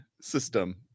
system